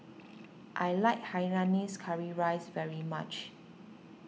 I like Hainanese Curry Rice very much